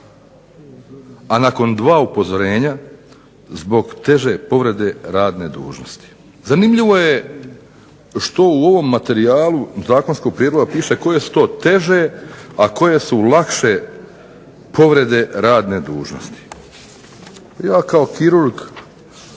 a nakon dva upozorenja zbog teže povrede radne dužnosti. Zanimljivo je što u ovom materijalu zakonskog prijedloga piše koje su to teže, a koje su lakše povrede radne dužnosti. Možda ja kao kirurg